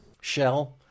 Shell